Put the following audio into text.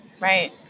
Right